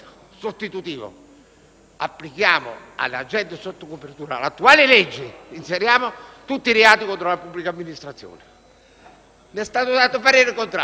applicare all'agente sotto copertura l'attuale legge, inserendo tutti i reati contro la pubblica amministrazione. È stato espresso un parere contrario. Perché?